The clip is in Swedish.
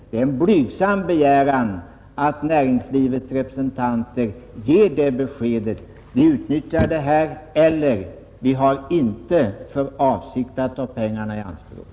Det är en blygsam begäran att näringslivets representanter ger besked om de tänker utnyttja investeringsmöjligheterna eller har för avsikt att inte ta pengarna i anspråk.